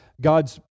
god's